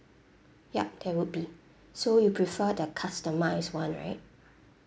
yup that would be so you prefer the customised [one] right